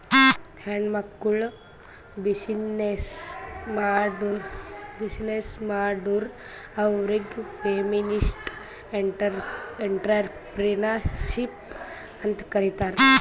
ಹೆಣ್ಮಕ್ಕುಳ್ ಬಿಸಿನ್ನೆಸ್ ಮಾಡುರ್ ಅವ್ರಿಗ ಫೆಮಿನಿಸ್ಟ್ ಎಂಟ್ರರ್ಪ್ರಿನರ್ಶಿಪ್ ಅಂತ್ ಕರೀತಾರ್